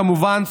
כמובן,